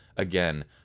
Again